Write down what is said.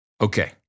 Okay